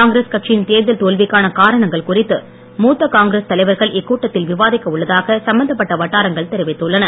காங்கிரஸ் கட்சியின் தேர்தல் தோல்விக்கான காரணங்கள் குறித்து மூத்த காங்கிரஸ் தலைவர்கள் இக்கூட்டத்தில் விவாதிக்க உள்ளதாக சம்பந்தப்பட்ட வட்டாரங்கள் தெரிவித்துள்ளன